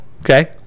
okay